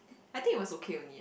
I think it was okay only